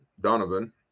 donovan